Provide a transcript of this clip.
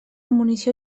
munició